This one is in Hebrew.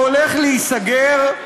שהולך להיסגר,